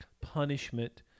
punishment